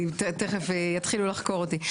תכף יתחילו לחקור אותי.